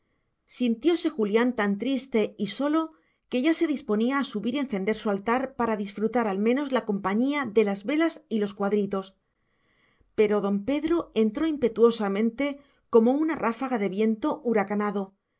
paciente sintióse julián tan triste y solo que ya se disponía a subir y encender su altar para disfrutar al menos la compañía de las velas y los cuadritos pero don pedro entró impetuosamente como una ráfaga de viento huracanado